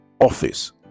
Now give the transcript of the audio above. office